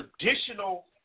traditional